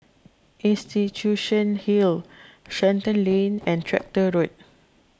Institution Hill Shenton Lane and Tractor Road